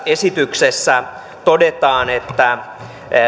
esityksessä todetaan että